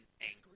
angry